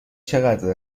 چقدر